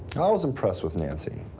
i was impressed with nancy.